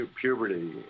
puberty